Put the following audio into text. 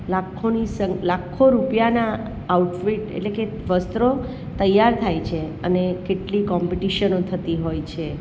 લાખોની લાખો રૂપિયાના આઉટફિટ એટલે કે વસ્ત્રો તૈયાર થાય છે અને કેટલી કોમ્પિટિશનો થતી હોય છે